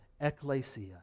Ecclesia